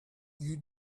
you